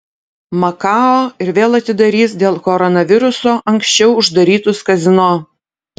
makao ir vėl atidarys dėl koronaviruso anksčiau uždarytus kazino